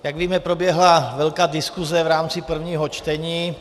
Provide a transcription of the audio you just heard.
Jak víme, proběhla velká diskuse v rámci prvního čtení.